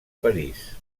parís